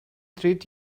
treat